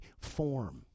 form